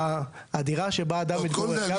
הדירה שבה אדם מתגורר,